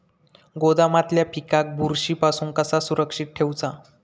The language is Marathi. गोदामातल्या पिकाक बुरशी पासून कसा सुरक्षित ठेऊचा?